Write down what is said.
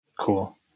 Cool